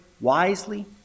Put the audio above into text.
wisely